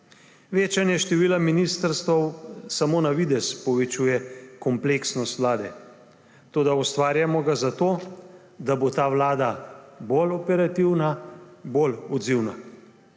Večanje števila ministrstev samo na videz povečuje kompleksnost Vlade, toda ustvarjamo ga zato, da bo ta vlada bolj operativna, bolj odzivna.